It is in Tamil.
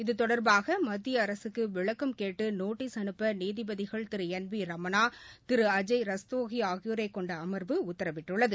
இது தொடர்பாகமத்திய அரசுக்குவிளக்கம் கேட்டுநோட்டீஸ் அனுப்பநீதிபதிகள் திருஎன் விரமணா திருஅஜய் ரஸ்தோகிஆகியோரைக் கொண்டஅமா்வு உத்தரவிட்டுள்ளது